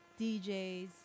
DJs